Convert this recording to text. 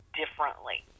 differently